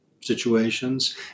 situations